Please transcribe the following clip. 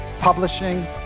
Publishing